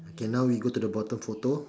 okay now we go to the bottom photo